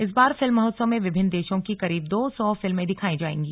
इस बार फिल्म महोत्सव में विभिन्न देशों की करीब दो सौ फिल्में दिखाई जाएंगी